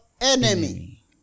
enemy